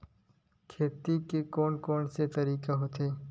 खेती के कोन कोन से तरीका होथे?